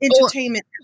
entertainment